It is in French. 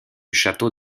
château